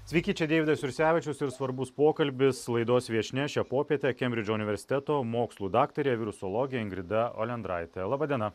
sveiki čia deividas jursevičius ir svarbus pokalbis laidos viešnia šią popietę kembridžo universiteto mokslų daktarė virusologė ingrida olendraitė laba diena